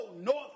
North